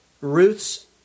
Ruth's